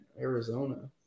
Arizona